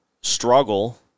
struggle